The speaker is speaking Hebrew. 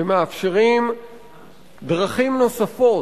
שמאפשרים דרכים נוספות,